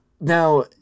now